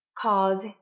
called